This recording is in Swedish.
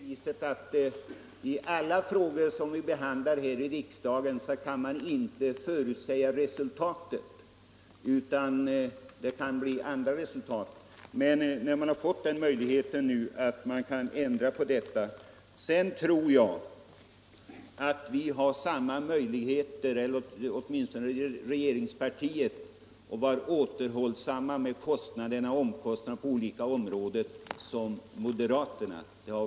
Herr talman! Vi kan inte i alla frågor som vi behandlar i riksdagen förutsäga resultatet. Nu kan det emellertid bli möjligt att ändra ett eventuellt missförhållande i detta fall. Jag tror nog att regeringspartiet är lika återhållsamt i fråga om kostnader på olika områden som moderaterna.